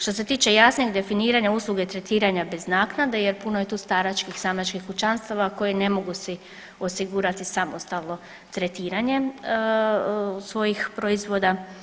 Što se tiče jasnijeg definiranja usluge tretiranja bez naknade jer puno je tu staračkih samačkih kućanstava koji ne mogu si osigurati samostalno tretiranje svojih proizvoda.